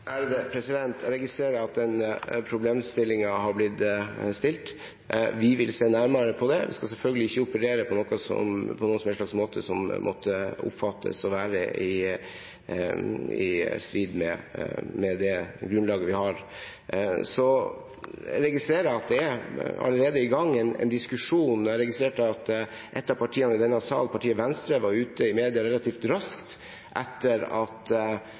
Jeg registrerer at denne problemstillingen er reist, og vi vil se nærmere på det. Vi skal selvfølgelig ikke operere på noen som helst slags måte som måtte oppfattes å være i strid med det grunnlaget vi har. Jeg registrerer at det allerede er i gang en diskusjon. Jeg har registrert at et av partiene i denne salen, partiet Venstre, var ute i media relativt raskt etter at fremleggelsen fant sted, der det fra partiet Venstres side ble signalisert å åpne for punktbevæpning. Jeg tenker at